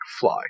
fly